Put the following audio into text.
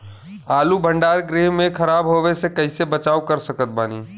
आलू भंडार गृह में खराब होवे से कइसे बचाव कर सकत बानी?